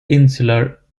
insular